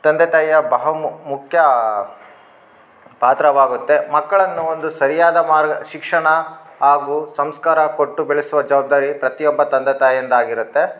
ತಂದೆ ತಾಯಿಯ ಬಹಮು ಮುಖ್ಯ ಪಾತ್ರವಾಗುತ್ತೆ ಮಕ್ಕಳನ್ನು ಒಂದು ಸರಿಯಾದ ಮಾರ್ಗ ಶಿಕ್ಷಣ ಹಾಗು ಸಂಸ್ಕಾರ ಕೊಟ್ಟು ಬೆಳೆಸುವ ಜವಬ್ದಾರಿ ಪ್ರತಿಯೊಬ್ಬ ತಂದೆ ತಾಯಿಯದ್ದು ಆಗಿರುತ್ತೆ